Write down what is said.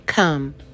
Come